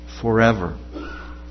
forever